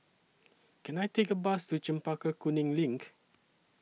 Can I Take A Bus to Chempaka Kuning LINK